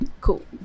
cool